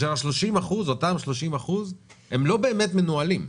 אותם 30% לא באמת מנוהלים,